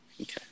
Okay